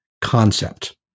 concept